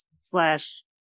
slash